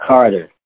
Carter